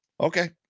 Okay